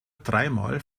dreimal